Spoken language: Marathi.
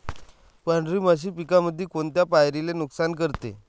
पांढरी माशी पिकामंदी कोनत्या पायरीले नुकसान करते?